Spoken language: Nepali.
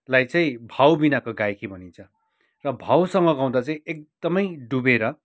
लाई चाहिँ भावबिनाको गायकी भनिन्छ र भावसँग गाउँदा चाहिँ एकदमै डुबेर